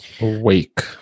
Awake